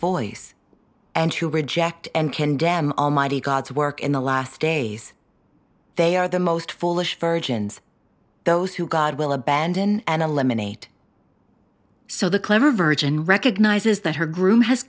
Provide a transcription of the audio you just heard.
voice and who reject and condemn almighty god's work in the last days they are the most foolish virgins those who god will abandon and eliminate so the clever virgin recognizes that her groom has